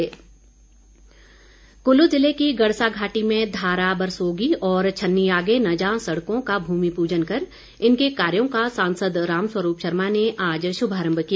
राम स्वरूप कुल्लू ज़िले की गड़सा घाटी में धारा बरसोगी और छन्नीआगे नजां सड़कों का भूमि पूजन कर इनके कार्यों का सांसद राम स्वरूप शर्मा ने आज शुभारम्म किया